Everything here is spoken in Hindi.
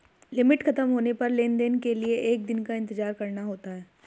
लिमिट खत्म होने पर लेन देन के लिए एक दिन का इंतजार करना होता है